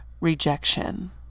rejection